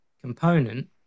component